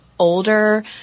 Older